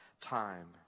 time